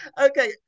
Okay